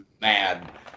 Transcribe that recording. mad